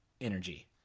energy